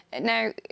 now